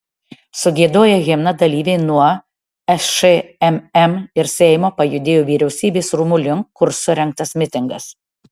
sugiedoję himną dalyviai nuo šmm ir seimo pajudėjo vyriausybės rūmų link kur surengtas mitingas